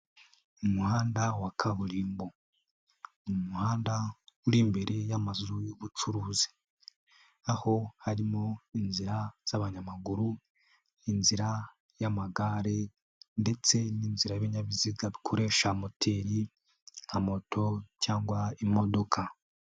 Umuhanda wa kaburimbo. Ni umuhanda uri imbere y'amazu y'ubucuruzi, aho harimo inzira z'abanyamaguru, inzira y'amagare ndetse n'inzira y'ibinyabiziga bikoresha moteri nka moto cyangwa imodoka.